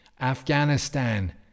Afghanistan